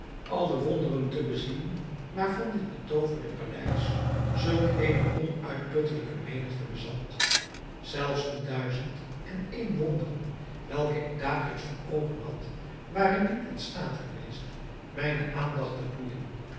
al de wonderen te bezien waarvan dit betooverde paleis zulk eene onuitputtelijke menigte bezat zelfs de duizend en één wonderen welke ik dagelijks voor oogen had waren niet in staat geweest mijne aandacht te boeijen